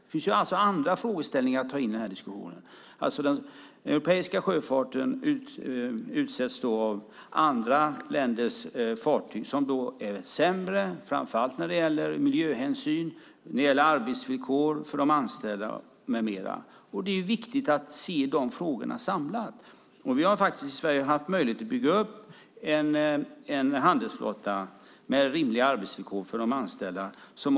Det finns även andra frågeställningar som behöver tas med i diskussionen. Den europeiska sjöfarten utsätts för andra länders fartyg som är sämre när det gäller miljöhänsyn, arbetsvillkor för de anställda med mera. Det är viktigt att se dessa frågor samlat. Vi har i Sverige haft möjlighet att bygga upp en handelsflotta med rimliga arbetsvillkor för de anställda.